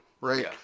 right